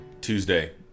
Tuesday